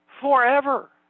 forever